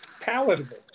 palatable